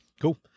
Cool